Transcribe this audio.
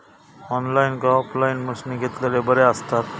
Online काय offline मशीनी घेतलेले बरे आसतात?